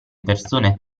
persone